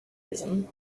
ism